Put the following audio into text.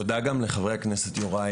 תודה גם לחברי הכנסת יוראי,